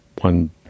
one